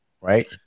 right